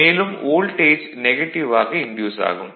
மேலும் voltage negative ஆக induce ஆகும்